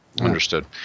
Understood